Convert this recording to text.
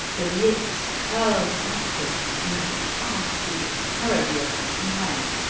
the lips curled backward in a ghastly parody of a smile,